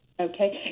Okay